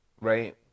right